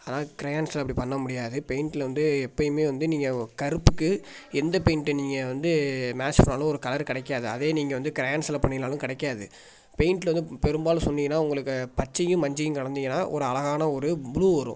ஆனால் க்ரெயான்ஸில் அப்படி பண்ண முடியாது பெயிண்டில் வந்து எப்போயுமே வந்து நீங்கள் கருப்புக்கு எந்த பெயிண்ட்டை நீங்கள் வந்து மேட்ச் பண்ணிணாலும் ஒரு கலர் கிடைக்காது அதே நீங்கள் வந்து க்ரெயான்ஸில் பண்ணிங்கனாலும் கிடைக்காது பெயிண்டில் வந்து பெரும்பாலும் சொன்னிங்கன்னால் உங்களுக்கு பச்சையும் மஞ்சளும் கலந்தீங்கன்னால் ஒரு அழகான ஒரு ப்ளூ வரும்